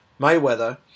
Mayweather